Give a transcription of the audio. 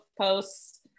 posts